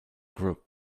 group